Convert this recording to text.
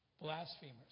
blasphemers